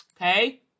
Okay